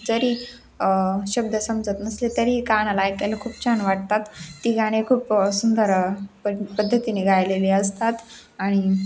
जरी शब्द समजत नसले तरीही कानाला ऐकायला खूप छान वाटतात ती गाणे खूप सुंदर प पद्धतीने गायलेली असतात आणि